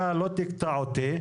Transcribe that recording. אתה לא תקטע אותי,